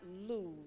lose